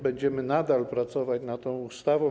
Będziemy nadal pracować nad tą ustawą.